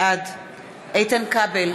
בעד איתן כבל,